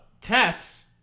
Tess